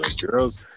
Girls